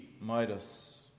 Midas